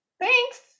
thanks